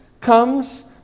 comes